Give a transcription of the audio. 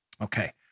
Okay